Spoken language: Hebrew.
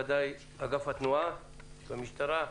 ודאי אגף התנועה של המשטרה,